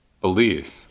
belief